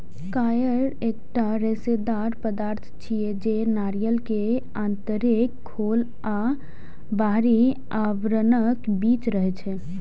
coir एकटा रेशेदार पदार्थ छियै, जे नारियल के आंतरिक खोल आ बाहरी आवरणक बीच रहै छै